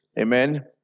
Amen